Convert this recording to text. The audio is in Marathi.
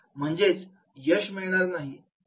म्हणजेच यश मिळणार नाही